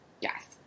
Yes